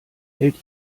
hält